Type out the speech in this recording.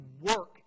work